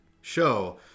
show